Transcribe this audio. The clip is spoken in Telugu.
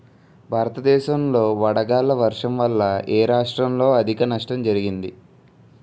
భారతదేశం లో వడగళ్ల వర్షం వల్ల ఎ రాష్ట్రంలో అధిక నష్టం జరిగింది?